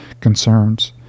concerns